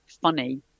funny